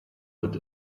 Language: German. wird